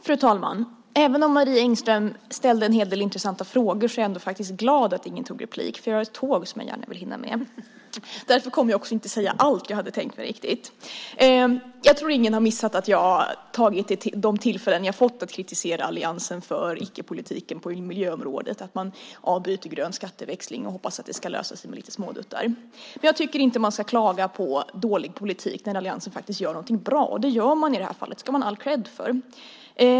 Fru talman! Även om Marie Engström ställde en hel del intressanta frågor är jag faktiskt glad att ingen begärde replik, för jag har ett tåg som jag gärna vill hinna med. Därför kommer jag inte heller att säga riktigt allt som jag hade tänkt mig. Jag tror inte att någon har missat att jag har tagit de tillfällen jag har fått att kritisera alliansen för icke-politiken på miljöområdet. Man avbryter den gröna skatteväxlingen och hoppas att det ska lösa sig med lite småduttar. Men jag tycker inte att vi ska klaga på dålig politik när alliansen faktiskt gör någonting bra. Och det gör man i det här fallet; det ska man ha all cred för.